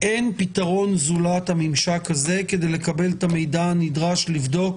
אין פתרון זולת הממשק הזה כדי לקבל את המידע הנדרש לבדוק